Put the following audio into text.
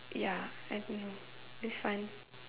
ya I don't know it's fun